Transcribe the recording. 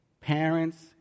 parents